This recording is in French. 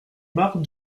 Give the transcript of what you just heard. marc